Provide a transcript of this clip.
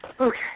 Okay